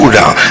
down